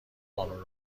قانون